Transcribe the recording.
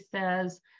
says